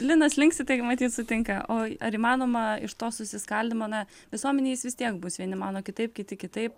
linas linksi taigi matyt sutinka o ar įmanoma iš to susiskaldymo na visuomenėj jis vis tiek bus vieni mano kitaip kiti kitaip